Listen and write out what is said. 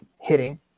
hitting